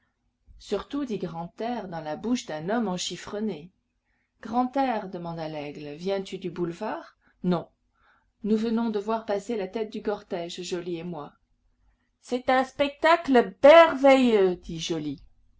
surtout dit grantaire dans la bouche d'un homme enchifrené grantaire demanda laigle viens-tu du boulevard non nous venons de voir passer la tête du cortège joly et moi c'est un spectacle berveilleux dit joly